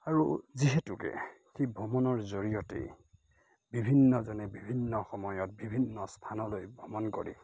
আৰু যিহেতুকে সেই ভ্ৰমণৰ জৰিয়তেই বিভিন্নজনে বিভিন্ন সময়ত বিভিন্ন স্থানলৈ ভ্ৰমণ কৰে